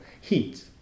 Heat